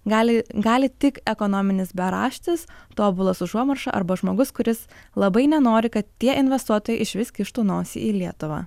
gali gali tik ekonominis beraštis tobulas užuomarša arba žmogus kuris labai nenori kad tie investuotojai išvis kištų nosį į lietuvą